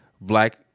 black